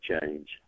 change